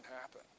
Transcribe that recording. happen